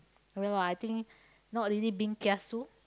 no no I think not really being kiasu